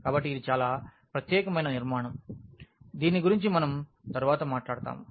కాబట్టి ఇది చాలా ప్రత్యేకమైన నిర్మాణం దీనిని గురించి మనం తర్వాత మాట్లాడతాము